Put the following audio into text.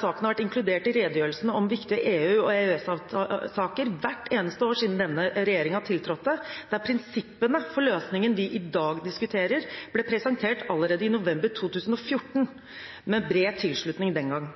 saken har vært inkludert i redegjørelsene om viktige EU- og EØS-saker hvert eneste år siden denne regjeringen tiltrådte, der prinsippene for løsningen vi i dag diskuterer, ble presentert allerede i november 2014, med bred tilslutning den gang.